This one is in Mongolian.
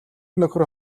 нөхөр